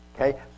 Okay